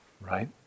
right